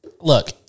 Look